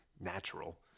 natural